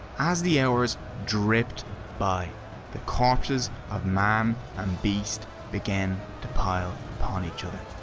as the hours dripped by the corpses of man and beast began to pile upon each other.